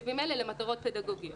תקציבים האלה למטרות פדגוגיות.